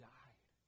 died